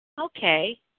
Okay